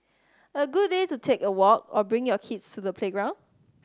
a good day to take a walk or bring your kids to the playground